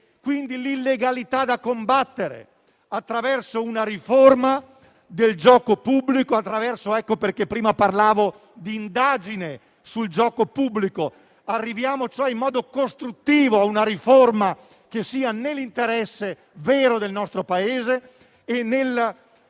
quindi l'illegalità da combattere attraverso una riforma del gioco pubblico: per questo prima parlavo di indagine sul gioco pubblico. Arriviamo dunque in modo costruttivo a una riforma che sia nell'interesse vero del Paese e nel